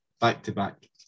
back-to-back